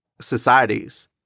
societies